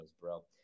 bro